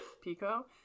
Pico